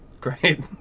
great